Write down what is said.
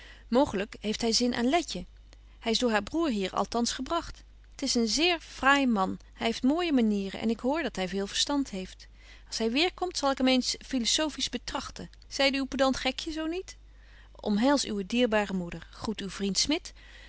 mooglyk heeft hy zin aan letje hy is door haar broêr hier althans gebragt t is een zeer fraai man hy heeft mooije manieren en ik hoor dat hy veel verstand heeft als hy weêrkomt zal ik hem eens philosophiesch betrachten zeide uw pedant gekje zo niet omhels uwe dierbare moeder groet uw vriend smit